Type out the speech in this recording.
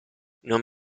non